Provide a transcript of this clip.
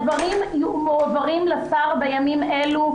הדברים מועברים לשר בימים אלו.